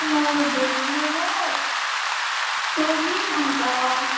मलाई भेज मोमो चौमिन अन्त